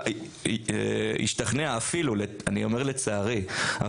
אני אומר לצערי,